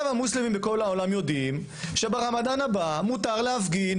המוסלמים בכל העולם יודעים שברמדאן הבא מותר להפגין,